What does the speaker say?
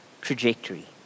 trajectory